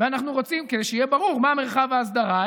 כדי שיהיה ברור מה מרחב ההסדרה,